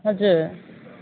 हजुर